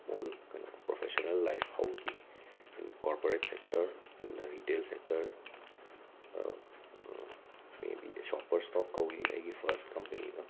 ꯑꯣꯟ ꯀꯩꯅꯣ professional life ꯍꯧꯈꯤ in corporate sector in the retail sector ꯃꯦ ꯕꯤ ꯁꯣꯄꯔ ꯁ꯭ꯇꯣꯞ ꯀꯧꯋꯤ ꯑꯩꯒꯤ ꯐꯁ ꯀꯝꯄꯅꯤꯗ